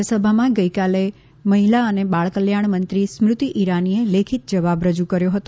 રાજ્યસભામાં ગઈકાલે મહિલા અને બાળકલ્યાણ મંત્રી સ્મૃતિ ઈરાનીએ લેખિત જવાબ રજૂ કર્યો હતો